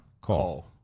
call